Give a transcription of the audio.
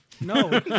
No